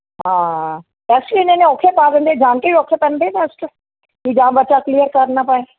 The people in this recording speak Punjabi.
ਹਾਂ ਕ਼ੁਆਸ਼ਨ ਹੀ ਇੰਨੇ ਇੰਨੇ ਔਖੇ ਪਾ ਦਿੰਦੇ ਜਾਣ ਕੇ ਹੀ ਔਖੇ ਪਾਉਂਦੇ ਟੈਸਟ ਵੀ ਜਾਂ ਬੱਚਾ ਕਲੀਅਰ ਕਰ ਨਾ ਪਏ